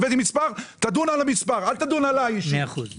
הבאתי מספר - תדון על המספר, לא עליי אישית.